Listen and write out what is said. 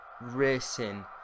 racing